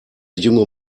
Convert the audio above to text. junge